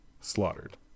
slaughtered